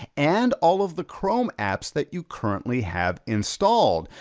and all of the chrome apps that you currently have installed.